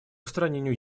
устранению